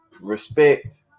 respect